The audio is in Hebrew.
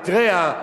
מאריתריאה,